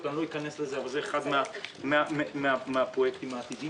אני רוצה לדעת מה נעשה עם הדבר הזה.